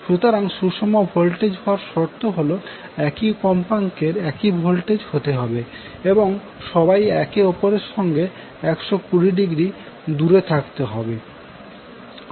সুতরাং সুষম ভোল্টেজ হওয়ার শর্ত হল যে একই কম্পাকের একই ভোল্টেজ হতে হবে এবং সবই একে অপরের সঙ্গে 120০ দূরে থাকতে হবে